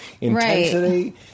intensity